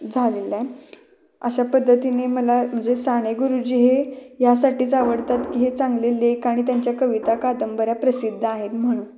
झालेलं आहे अशा पद्धतीने मला जे साने गुरुजी हे यासाठीच आवडतात की हे चांगले लेख आणि त्यांच्या कविता कादंबऱ्या प्रसिद्ध आहेत म्हणून